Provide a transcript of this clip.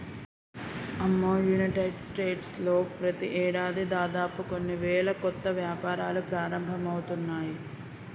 అమ్మో United States లో ప్రతి ఏడాది దాదాపు కొన్ని వేల కొత్త వ్యాపారాలు ప్రారంభమవుతున్నాయి